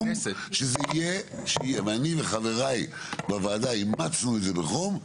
שזה יהיה ואני וחבריי בוועדה אימצנו את זה בחום,